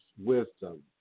wisdom